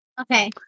Okay